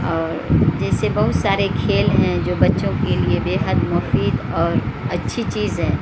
اور جیسے بہت سارے کھیل ہیں جو بچوں کے لیے بے حد مفید اور اچھی چیز ہے